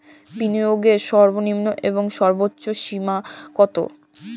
বিনিয়োগের সর্বনিম্ন এবং সর্বোচ্চ সীমা কত?